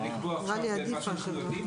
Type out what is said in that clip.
ולקבוע עכשיו משהו שיודעים,